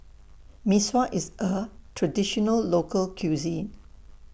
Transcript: Mee Sua IS A Traditional Local Cuisine